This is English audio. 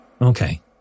Okay